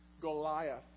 Goliath